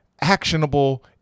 actionable